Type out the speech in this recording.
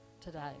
today